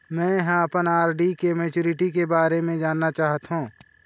में ह अपन आर.डी के मैच्युरिटी के बारे में जानना चाहथों